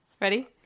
Ready